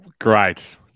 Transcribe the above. Great